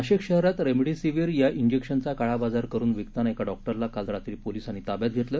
नाशिक शहरात रेमडेसिविर या जिक्शनचा काळाबाजार करुन विकताना एका डॉक्टरला काल रात्री पोलिसांनी ताब्यात घेतलं